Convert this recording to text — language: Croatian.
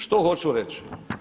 Što hoću reći?